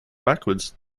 backwards